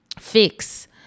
fix